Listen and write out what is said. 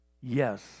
Yes